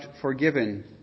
forgiven